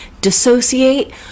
dissociate